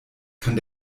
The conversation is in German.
kann